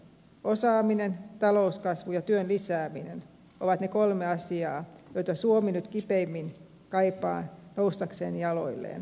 osaaminen talouskasvu ja työn lisääminen ovat ne kolme asiaa joita suomi nyt kipeimmin kaipaa noustakseen jaloilleen